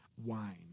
wine